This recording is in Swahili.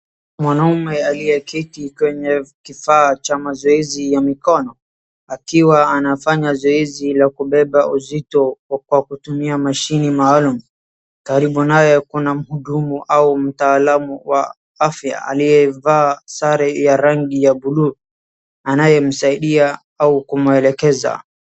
Mwanaume aliyeketi kwenye kifaa cha mazoezi ya mikono akiwa anafanya zoezi la kubeba uzito kwa kutumia mashini maalum. Karibu naye kuna mhudumu au mtaalamu wa afya aliyevaa sare ya rangi ya buluu anayemsaidia au kumwelekeza.